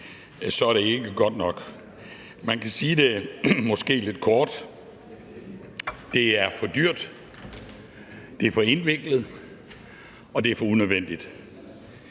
så ikke er godt nok. Man kan måske sige det lidt kort: Det er for dyrt, det er for indviklet, og det er for unødvendigt.